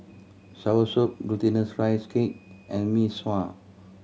soursop Glutinous Rice Cake and Mee Sua